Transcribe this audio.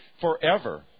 forever